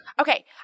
okay